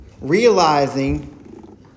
realizing